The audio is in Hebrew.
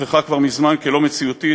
הוכחה כבר מזמן כלא-מציאותית,